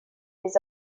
des